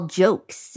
jokes